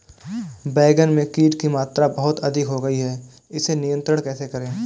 बैगन में कीट की मात्रा बहुत अधिक हो गई है इसे नियंत्रण कैसे करें?